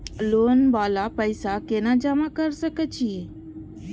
Loan वाला पैसा केना जमा कर सके छीये?